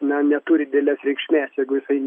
na neturi didelės reikšmės jeigu jisai